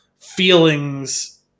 feelings